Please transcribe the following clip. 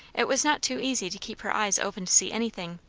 it was not too easy to keep her eyes open to see anything,